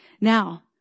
Now